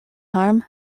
harm